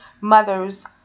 mothers